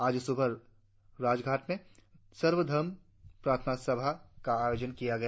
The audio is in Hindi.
आज सुबह राजघाट में सर्वधर्म प्रार्थना सभा का आयोजन किया गया